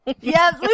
Yes